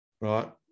Right